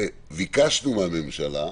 וביקשנו מהממשלה,